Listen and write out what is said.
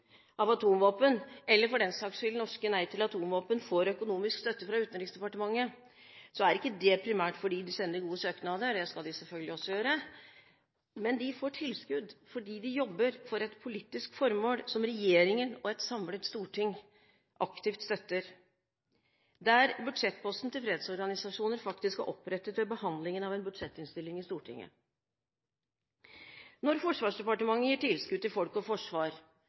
av atomvåpen, eller – for den saks skyld – den norske Nei til Atomvåpen får økonomisk støtte fra Utenriksdepartementet, er ikke det primært fordi de sender gode søknader. Det skal de selvfølgelig også gjøre, men de får tilskudd fordi de jobber for et politisk formål som regjeringen og et samlet storting aktivt støtter – budsjettposten til fredsorganisasjoner er faktisk blitt opprettet ved behandlingen av en budsjettinnstilling i Stortinget. Når Forsvarsdepartementet gir tilskudd til Folk og Forsvar,